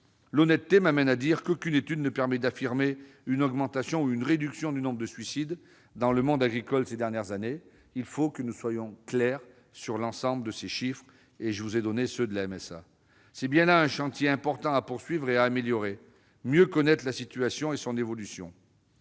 L'honnêteté m'oblige à dire qu'aucune étude ne permet de confirmer une augmentation ou une réduction du nombre de suicides dans le monde agricole ces dernières années. Il faut que nous soyons clairs sur l'ensemble de ces chiffres. C'est bien là un chantier important à mener : mieux connaître la situation et son évolution.